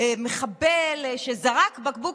תודה רבה.